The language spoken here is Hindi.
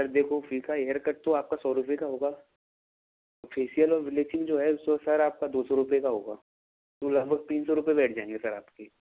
सर देखो फीका हेयर कट तो आपका सौ रुपये का होगा और फेशियल और ब्लीचिंग जो है वो सर आपका दो सौ रुपये का होगा तो लगभग तीन सौ रुपये बैठ जाएँगे सर आपके